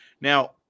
now